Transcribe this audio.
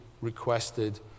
requested